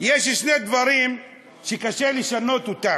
שיש שני דברים שקשה לשנות אותם: